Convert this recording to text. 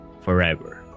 forever